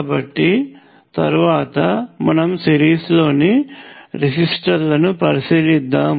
కాబట్టి తరువాత మనం సిరీస్లోని రెసిస్టర్లను పరిశీలిద్దాము